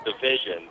division